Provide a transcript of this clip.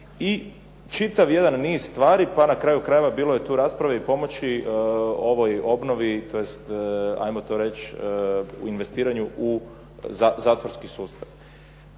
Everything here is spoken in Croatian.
i čitav jedan niz stvari. Pa na kraju krajeva bilo je tu rasprave i pomoć obnovi, tj. 'ajmo to reći u investiranju u zatvorski sustav.